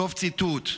סוף ציטוט.